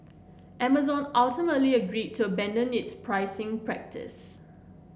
Amazon ultimately agreed to abandon its pricing practice